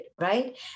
right